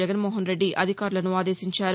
జగన్మోహన్ రెడ్డి అధికారులను ఆదేశించారు